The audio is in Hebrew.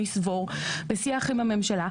בשיח עם הממשלה,